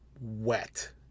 wet